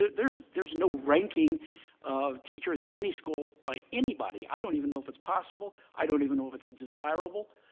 yeah there's there's no ranking of teachers in any school by anybody. i don't even know if it's possible. i don't even know if it's desirable.